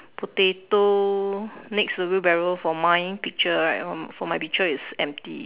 potato next to the wheelbarrow for mine picture right um for my picture is empty